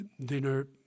dinner